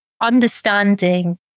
understanding